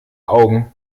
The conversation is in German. augen